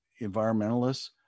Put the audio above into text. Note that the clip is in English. environmentalists